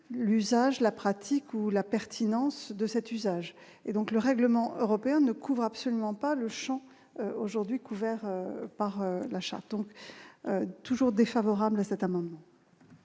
l'usage, la pratique ou la pertinence de cet usage et donc le règlement européen ne couvre absolument pas le Champ aujourd'hui couverts par achat donc toujours défavorable à cet amendement.